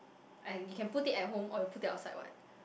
and you can put it at home or you put it outside [what]